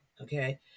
okay